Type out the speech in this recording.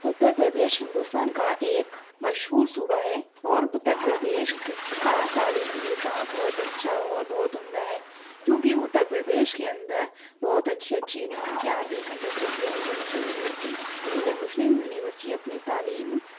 اتر پردیش ہندوستان کا ایک مشہور صوبہ ہے اور اتر پردیش کا تعلیمی نظام بہت اچھا اور بہت عمدہ ہے کیوں کہ اتر پردیش کے اندر بہت اچھی اچھی یونیورسٹیاں آتی ہیں جیسے کہ Aligarh Muslim university Aligarh Muslim university اپنی تعلیم